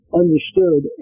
understood